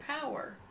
power